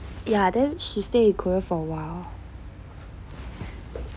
ya then she stay in Korea for awhile